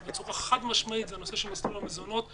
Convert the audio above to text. בצורה חד-משמעית זה הנושא של מסלול המזונות.